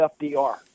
FDR